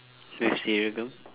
with sea organ